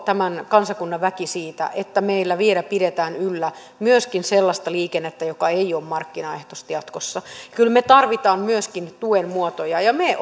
tämän kansakunnan väki siitä että meillä vielä pidetään yllä myöskin sellaista liikennettä joka ei ole markkinaehtoista jatkossa kyllä me tarvitsemme myöskin tuen muotoja ja me